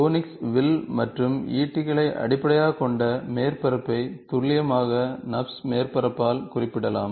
conics வில் மற்றும் ஈட்டிகளை அடிப்படையாகக் கொண்ட மேற்பரப்பை துல்லியமாக நர்ப்ஸ் மேற்பரப்பால் குறிப்பிடலாம்